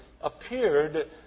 appeared